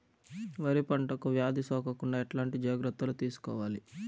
వరి పంటకు వ్యాధి సోకకుండా ఎట్లాంటి జాగ్రత్తలు తీసుకోవాలి?